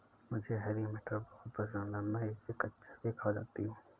मुझे हरी मटर बहुत पसंद है मैं इसे कच्चा भी खा जाती हूं